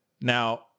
now